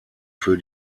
für